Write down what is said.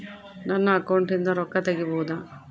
ನನ್ನ ಅಕೌಂಟಿಂದ ರೊಕ್ಕ ತಗಿಬಹುದಾ?